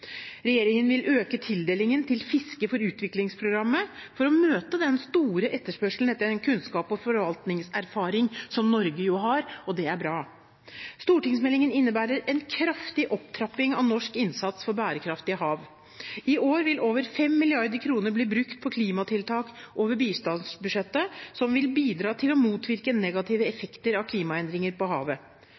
Regjeringen vil øke tildelingen til Fisk for utvikling-programmet for å møte den store etterspørselen etter den kunnskaps- og forvaltningserfaring som Norge jo har. Det er bra. Stortingsmeldingen innebærer en kraftig opptrapping av norsk innsats for bærekraftige hav. I år vil over 5 mrd. kr bli brukt på klimatiltak over bistandsbudsjettet, som vil bidra til å motvirke negative effekter av klimaendringer på havet.